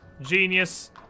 Genius